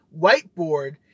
whiteboard